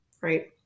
right